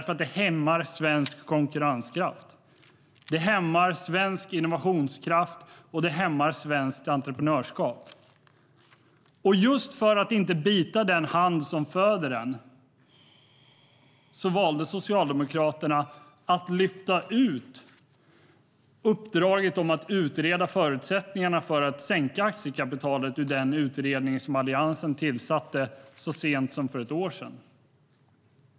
Det hämmar nämligen svensk konkurrenskraft. Det hämmar svensk innovationskraft, och det hämmar svenskt entreprenörskap. Just för att inte bita den hand som föder en valde Socialdemokraterna att lyfta ut uppdraget att utreda förutsättningarna för att sänka aktiekapitalet ur den utredning som Alliansen tillsatte så sent som för ett år sedan.